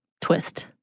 twist